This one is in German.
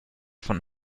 von